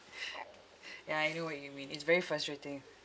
ya I know what you mean it's very frustrating